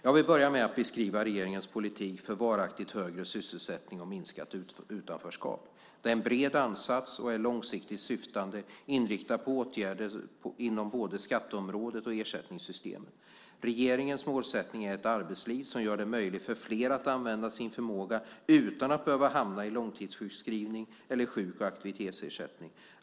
Jag vill börja med att beskriva regeringens politik för varaktigt högre sysselsättning och minskat utanförskap. Det är en bred ansats, och den är långsiktigt syftande, inriktad på åtgärder inom både skatteområdet och ersättningssystemen. Regeringens målsättning är ett arbetsliv som gör det möjligt för fler att använda sin förmåga utan att behöva hamna i långtidssjukskrivning eller sjuk och aktivitetsersättning.